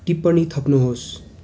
टिप्पणी थप्नु होस्